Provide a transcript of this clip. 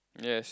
yes